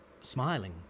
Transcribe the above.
smiling